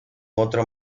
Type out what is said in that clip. otro